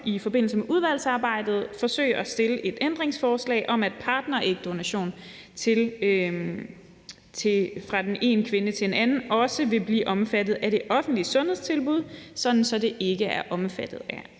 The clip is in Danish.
i forbindelse med udvalgsarbejdet forsøge at stille et ændringsforslag om, at partnerægdonation fra én kvinde til en anden også vil blive omfattet af det offentlige sundhedstilbud, sådan at det ikke er omfattet af